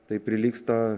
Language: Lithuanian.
tai prilygsta